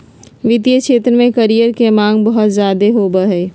वित्तीय क्षेत्र में करियर के माँग बहुत ज्यादे होबय हय